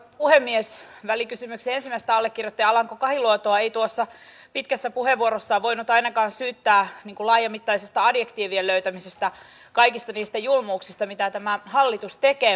välikysymyksen ensimmäistä allekirjoittajaa alanko kahiluotoa ei tuossa pitkässä puheenvuorossaan voinut ainakaan syyttää laajamittaisesta adjektiivien löytämisestä kaikista niistä julmuuksista mitä tämä hallitus tekee